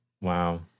Wow